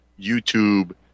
YouTube